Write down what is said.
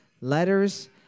letters